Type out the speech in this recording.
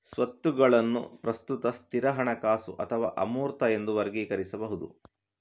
ಸ್ವತ್ತುಗಳನ್ನು ಪ್ರಸ್ತುತ, ಸ್ಥಿರ, ಹಣಕಾಸು ಅಥವಾ ಅಮೂರ್ತ ಎಂದು ವರ್ಗೀಕರಿಸಬಹುದು